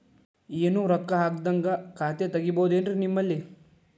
ಏನು ರೊಕ್ಕ ಹಾಕದ್ಹಂಗ ಖಾತೆ ತೆಗೇಬಹುದೇನ್ರಿ ನಿಮ್ಮಲ್ಲಿ?